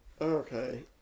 Okay